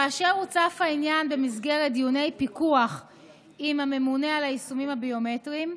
כאשר הוצף העניין במסגרת דיוני פיקוח עם הממונה על היישומים הביומטריים,